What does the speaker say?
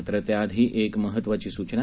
मात्र त्याआधी एक महत्वाची सूचना